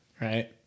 right